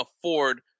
afford –